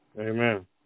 Amen